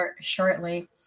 shortly